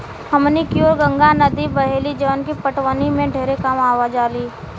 हमनी कियोर गंगा नद्दी बहेली जवन की पटवनी में ढेरे कामे आजाली